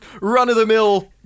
run-of-the-mill